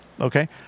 Okay